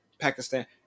Pakistan